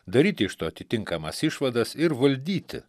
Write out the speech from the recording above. daryti iš to atitinkamas išvadas ir valdyti